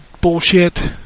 bullshit